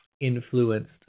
influenced